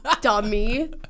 dummy